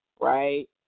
right